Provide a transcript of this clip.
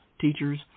teachers